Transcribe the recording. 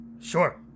Sure